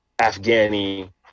Afghani